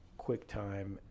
QuickTime